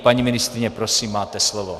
Paní ministryně, prosím, máte slovo.